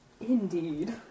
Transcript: Indeed